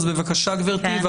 בבקשה גברתי,